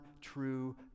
true